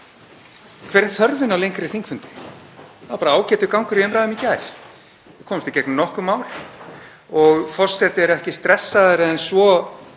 hver er þörfin á lengri þingfundi? Það var bara ágætur gangur í umræðum í gær. Við komumst í gegnum nokkur mál og forseti er ekki stressaðri en svo